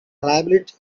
liability